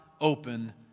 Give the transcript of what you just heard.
open